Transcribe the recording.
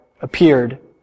appeared